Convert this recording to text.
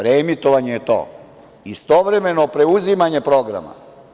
Reemitovanje je to, istovremeno preuzimanje programa.